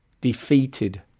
Defeated